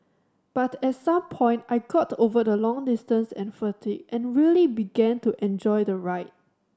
but at some point I got over the long distance and fatigue and really began to enjoy the ride